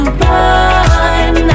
run